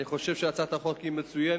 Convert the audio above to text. אני חושב שהצעת החוק מצוינת,